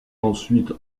ensuite